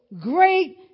great